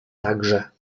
także